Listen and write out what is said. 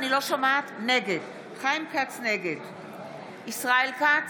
נגד ישראל כץ,